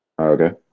okay